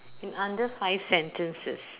in under five sentences